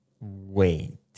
Wait